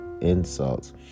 insults